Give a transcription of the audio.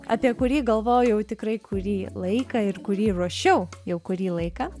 apie kurį galvojau tikrai kurį laiką ir kurį ruošiau jau kurį laiką